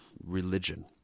religion